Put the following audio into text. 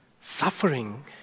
Suffering